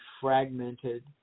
fragmented